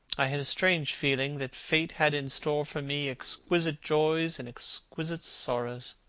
i had a strange feeling that fate had in store for me exquisite joys and exquisite sorrows.